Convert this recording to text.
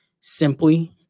simply